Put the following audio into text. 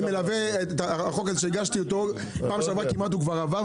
אני מלווה את החוק הזה שהגשתי אותו - פעם שעברה כמעט עבר.